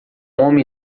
homem